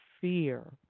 fear